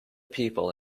people